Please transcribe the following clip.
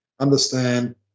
Understand